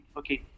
okay